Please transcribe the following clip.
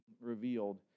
revealed